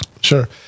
Sure